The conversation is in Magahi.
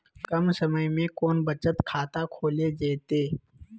कम समय में कौन बचत खाता खोले जयते?